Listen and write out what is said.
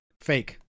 Fake